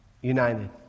United